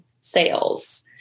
sales